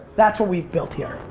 that's what we've built here.